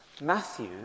Matthew